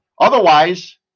Otherwise